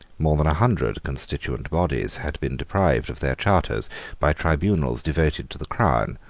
more than a hundred constituent bodies had been deprived of their charters by tribunals devoted to the crown,